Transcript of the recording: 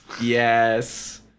Yes